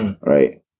right